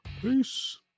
Peace